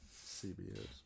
CBS